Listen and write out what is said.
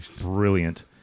Brilliant